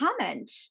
comment